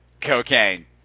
cocaine